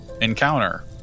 encounter